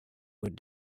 would